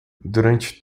durante